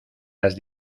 las